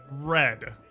red